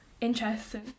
interesting